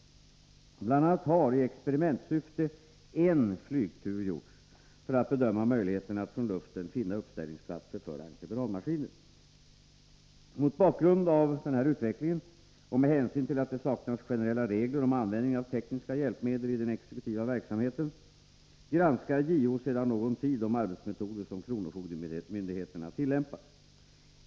BI. a. har i experimentsyfte en flygtur gjorts för att bedöma möjligheterna att från luften finna uppställningsplatser för entreprenadmaskiner. Mot bakgrund av denna utveckling, och med hänsyn till att det saknas generella regler om användningen av tekniska hjälpmedel i den exekutiva verksamheten, granskar JO sedan någon tid de arbetsmetoder som kronofogdemyndigheterna tillämpar.